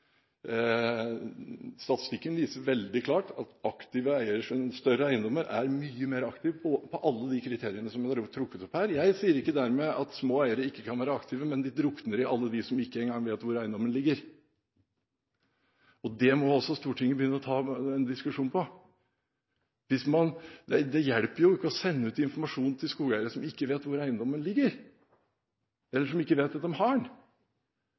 større eiendommer er mye mer aktive på alle de kriteriene som er trukket opp her. Jeg sier ikke dermed at små eiere ikke kan være aktive, men de drukner i alle dem som ikke engang vet hvor eiendommen ligger. Det må også Stortinget begynne å ta en diskusjon på. Det hjelper ikke å sende ut informasjon til skogeiere som ikke vet hvor eiendommen ligger, eller som ikke vet at de har den.